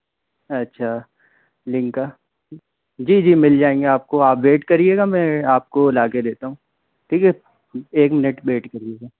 अच्छा लिंक का जी जी मिल जाएंगे आपको आप वेट करिएगा मैं आप को ला के देता हूँ ठीक है जी एक मिनट वेट कीजिए